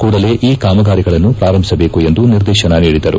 ಕೂಡಲೆ ಈ ಕಾಮಗಾರಿಗಳನ್ನು ಪಾರಂಭಿಸಬೇಕು ಎಂದು ನಿರ್ದೇಶನ ನೀಡಿದರು